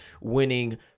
winning